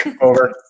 Over